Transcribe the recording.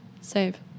Save